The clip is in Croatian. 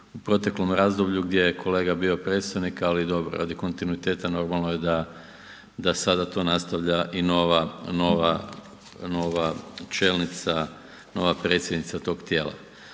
o proteklom razdoblju gdje je kolega bio predsjednik, ali dobro radi kontinuiteta normalno je da, da sada to nastavlja i nova, nova čelnica, nova predsjednica tog tijela.